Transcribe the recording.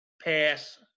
pass